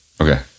Okay